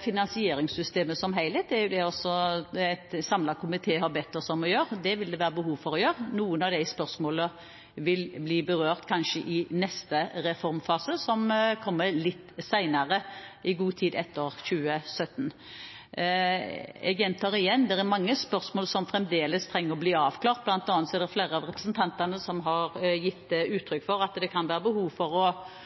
finansieringssystemet som helhet. Det har også en samlet komité bedt oss om å gjøre. Det vil det være behov for å gjøre. Noen av de spørsmålene vil kanskje bli berørt i neste reformfase, som kommer litt senere, i god tid etter 2017. Jeg gjentar igjen at det er mange spørsmål som fremdeles trenger å bli avklart. Blant annet er det flere av representantene som har gitt uttrykk for at det kan være behov for også å